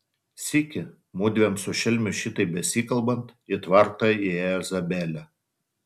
sykį mudviem su šelmiu šitaip besikalbant į tvartą įėjo zabelė